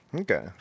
Okay